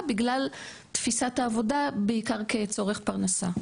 בגלל תפיסת העבודה בעיקר כצורך פרנסה.